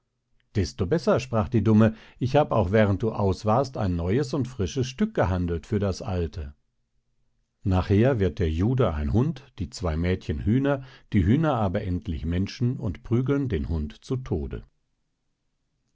desto besser sprach die dumme ich hab auch während du aus warst ein neues und frisches stück gehandelt für das alte nachher wird der jude ein hund die zwei mädchen hüner die hüner aber endlich menschen und prügeln den hund zu tode